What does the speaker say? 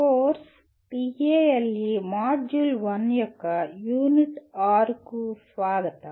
course TALE module 1 యొక్క unit 6 కు శుభాకాంక్షలు మరియు స్వాగతం